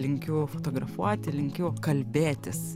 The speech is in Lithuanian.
linkiu fotografuoti linkiu kalbėtis